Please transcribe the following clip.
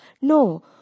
No